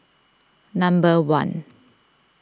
number one